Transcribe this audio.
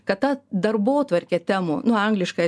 kad ta darbotvarkė temų nu angliška